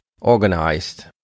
organized